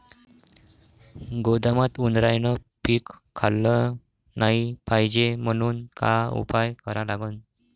गोदामात उंदरायनं पीक खाल्लं नाही पायजे म्हनून का उपाय करा लागन?